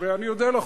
ואני אודה לך,